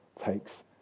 takes